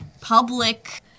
public